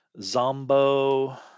Zombo